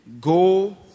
Go